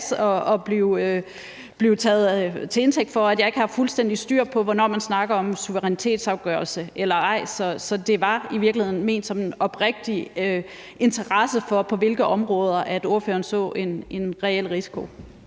at blive taget til indtægt for, at jeg ikke har fuldstændig styr på, hvornår man snakker om suverænitetsafgivelse eller ej. Så det var i virkeligheden ment som en oprigtig interesse for, på hvilke områder ordføreren så en reel risiko.